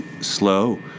slow